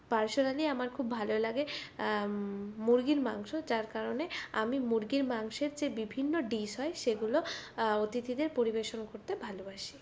personally আমার খুব ভালো লাগে মুরগির মাংস যার কারণে আমি মুরগির মাংসের যে বিভিন্ন ডিশ হয় সেগুলো অতিথিদের পরিবেশন করতে ভালোবাসি